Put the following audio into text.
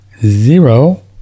Zero